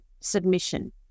submission